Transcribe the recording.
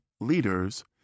leaders